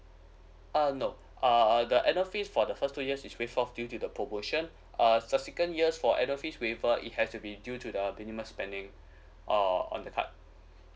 uh no uh the annual fees for the first two years is waive off due to the promotion uh subsequent years for annual fees waiver it has to be due to the minimum spending uh on the card